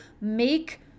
make